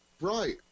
Right